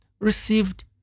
received